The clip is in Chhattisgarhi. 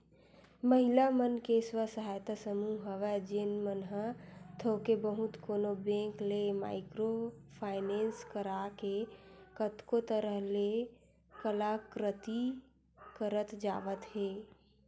महिला मन के स्व सहायता समूह हवय जेन मन ह थोक बहुत कोनो बेंक ले माइक्रो फायनेंस करा के कतको तरह ले कलाकृति करत जावत हे